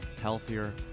healthier